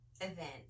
event